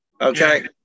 okay